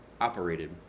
operated